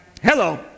Hello